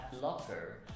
locker